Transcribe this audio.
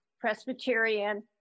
Presbyterian